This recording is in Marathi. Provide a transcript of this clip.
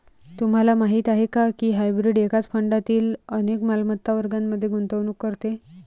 तुम्हाला माहीत आहे का की हायब्रीड एकाच फंडातील अनेक मालमत्ता वर्गांमध्ये गुंतवणूक करते?